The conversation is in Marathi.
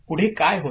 पुढे काय होते